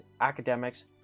academics